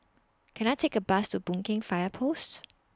Can I Take A Bus to Boon Keng Fire Post